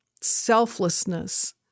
selflessness